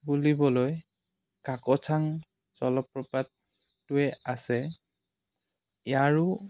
বুলিবলৈ কাকচাং জলপ্ৰপাতটোৱে আছে ইয়াৰো